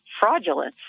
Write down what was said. fraudulence